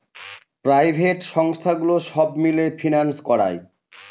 private সংস্থাগুলো সব মিলে ফিন্যান্স করায়